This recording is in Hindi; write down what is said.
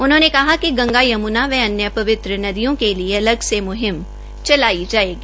उन्होंने कहा कि गंगा यमुना व अन्य पवित्र नदियों के लिए अलग से मुहिम चलाई जाएगी